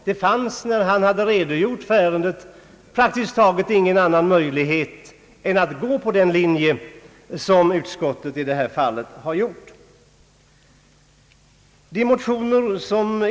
Det fanns när han hade redogjort för ärendet praktiskt taget ingen annan möjlighet än att gå på den linje som utskottet i detta fall har gått på.